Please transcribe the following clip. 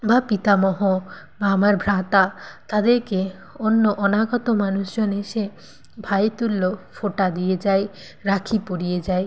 বা পিতামহ বা আমার ভ্রাতা তাদেরকে অন্য অনাগত মানুষজন এসে ভাই তুল্য ফোঁটা দিয়ে যায় রাখী পরিয়ে যায়